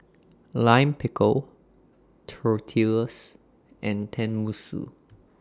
Lime Pickle Tortillas and Tenmusu